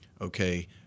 okay